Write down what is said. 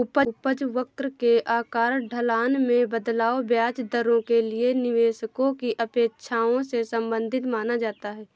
उपज वक्र के आकार, ढलान में बदलाव, ब्याज दरों के लिए निवेशकों की अपेक्षाओं से संबंधित माना जाता है